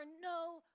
no